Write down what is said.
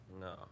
No